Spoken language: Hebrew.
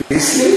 "ביסלי"?